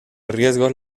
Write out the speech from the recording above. riesgos